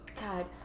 God